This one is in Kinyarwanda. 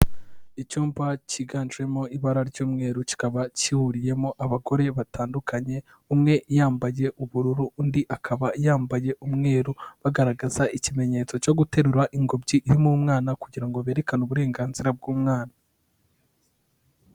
Icyumba cyiganjemo ibara ry'umweru kikaba gihuriyemo abagore batandukanye umwe yambaye ubururu, undi akaba yambaye umweru, bagaragaza ikimenyetso cyo guterura ingobyi irimo umwana kugira ngo berekane uburenganzira bw'umwana.